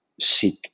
seek